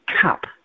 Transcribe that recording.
Cup